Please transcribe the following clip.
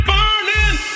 Burning